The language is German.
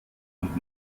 und